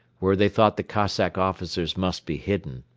where they thought the cossack officers must be hidden.